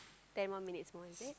ten more minutes more is it